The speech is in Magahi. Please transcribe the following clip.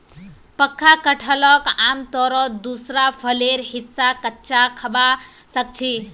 पक्का कटहलक आमतौरत दूसरा फलेर हिस्सा कच्चा खबा सख छि